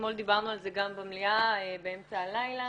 ואתמול דיברנו על זה גם במליאה באמצע הלילה